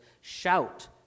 Shout